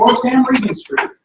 um sam regenstrief,